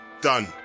done